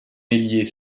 ailier